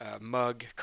mug